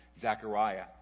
Zechariah